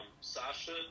Sasha